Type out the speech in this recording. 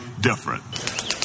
different